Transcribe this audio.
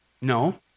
No